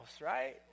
right